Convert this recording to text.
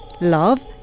love